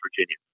Virginia